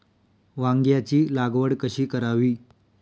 वांग्यांची लागवड कशी करावी?